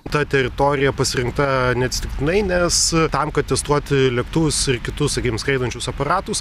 ta teritorija pasirinkta neatsitiktinai nes tam kad testuoti lėktuvus ir kitus sakykim skraidančius aparatus